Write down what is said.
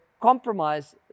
compromise